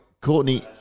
Courtney